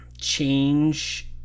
change